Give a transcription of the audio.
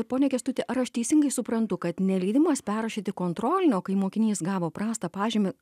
pone kęstuti ar aš teisingai suprantu kad neleidimas perrašyti kontrolinio kai mokinys gavo prastą pažymį